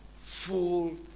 Full